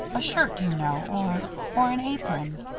a shirt, you know, or or an apron?